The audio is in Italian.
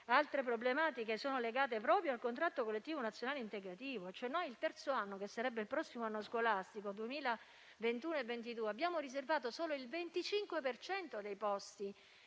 Altre problematiche sono legate proprio al contratto collettivo nazionale integrativo: il terzo anno, che sarebbe il prossimo anno scolastico 2021-2022, abbiamo riservato solo il 25 per cento